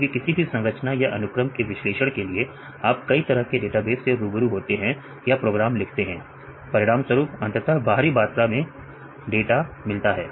क्योंकि किसी भी संरचना या अनुक्रम के विश्लेषण के लिए आप कई तरह के डेटाबेस से रूबरू होते हैं या प्रोग्राम लिखते हैं परिणाम स्वरुप अंततः भारी मात्रा में डाटा मिलता है